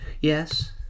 yes